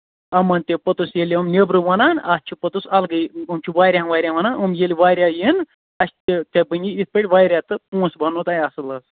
یِمَن تہِ پوٚتُس ییٚلہِ یِم نیبرٕ وَنان اَتھ چھُ پوٚتُس اَلگٕے یِم چھِ واریاہ واریاہ وَنان یِم ییٚلہِ واریاہ یِنۍ اَسہِ تہِ ژےٚ بَنی یِتھٕ پٲٹھۍ واریاہ تہٕ پوٚنسہٕ بَننو تۄہہِ اَصٕل حظ